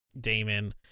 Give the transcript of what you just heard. Damon